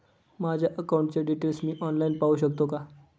माझ्या अकाउंटचे डिटेल्स मी ऑनलाईन पाहू शकतो का?